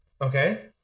Okay